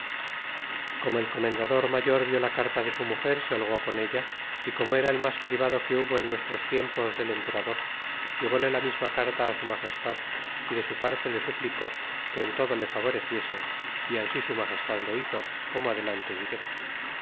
como el comendador mayor vi la carta de su muger se holgó con ella y como era el mas privado que hubo en nuestros tiempos del emperador ilevle la misma carta su magestad y de su parte le suplicó que en todo le favoreciese y ansi su magestad lo hizo como adelante diré